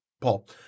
Paul